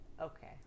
Okay